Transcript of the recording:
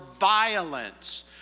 violence